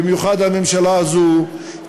במיוחד הממשלה הזאת,